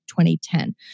2010